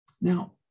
Now